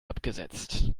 abgesetzt